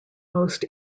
most